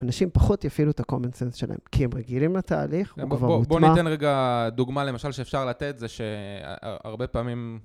אנשים פחות יפעילו את ה-common sense שלהם, כי הם רגילים לתהליך, הוא כבר מוטמע. בוא ניתן רגע דוגמה למשל שאפשר לתת, זה שהרבה פעמים...